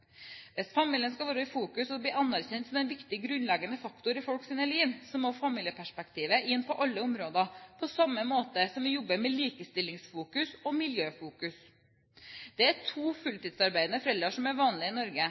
Hvis familien skal være i fokus og bli anerkjent som en viktig grunnleggende faktor i folks liv, må familieperspektivet inn på alle områder på samme måte som vi jobber med likestillingsfokus og miljøfokus. To fulltidsarbeidende foreldre er vanlig i Norge.